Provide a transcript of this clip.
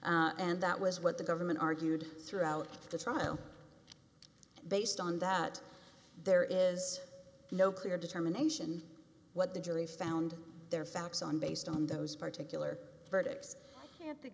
and that was what the government argued throughout the trial based on that there is no clear determination what the jury found their facts on based on those particular verdicts can't th